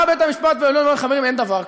בא בית-המשפט העליון ואומר: חברים, אין דבר כזה.